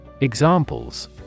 Examples